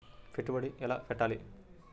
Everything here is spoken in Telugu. పెట్టుబడి ఎలా పెట్టాలి?